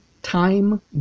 time